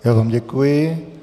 Já vám, děkuji.